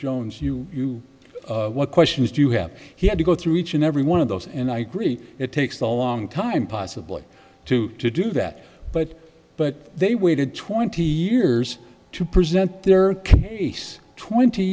jones you you what questions do you have he had to go through each and every one of those and i agree it takes a long time possibly to to do that but but they waited twenty years to present their case twenty